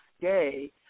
Day